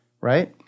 right